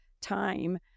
time